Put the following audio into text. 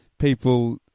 People